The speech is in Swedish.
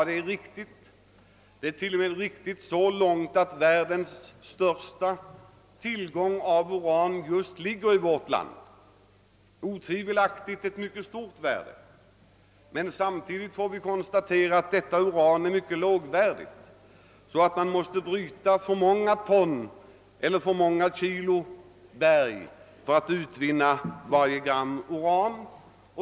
Det är alldeles riktigt — till och med så långt att världens största urantillgångar finns i vårt land. De representerar utan tvivel ett mycket stort värde. Men samtidigt skall det sägas att vår uran är mycket lågvärdig. Man måste därför bryta många kilogram berg för att utvinna ett gram uran.